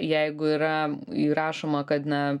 jeigu yra įrašoma kad na